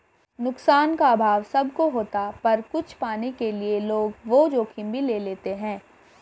नुकसान का अभाव सब को होता पर कुछ पाने के लिए लोग वो जोखिम भी ले लेते है